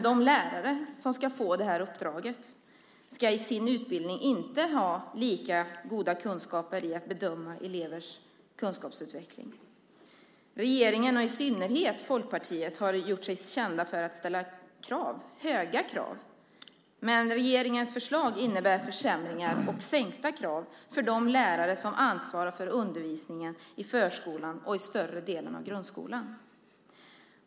De lärare som ska få uppdraget ska i sin utbildning inte få lika goda kunskaper i att bedöma elevers kunskapsutveckling. Regeringen, i synnerhet Folkpartiet, har gjort sig känd för att ställa höga krav. Men regeringens förslag innebär försämringar och sänkta krav för de lärare som ansvarar för undervisningen i förskolan och i större delen av grundskolan.